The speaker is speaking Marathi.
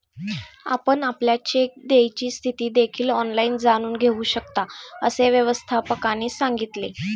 आपण आपल्या चेक देयची स्थिती देखील ऑनलाइन जाणून घेऊ शकता, असे व्यवस्थापकाने सांगितले